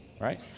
right